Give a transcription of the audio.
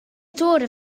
toren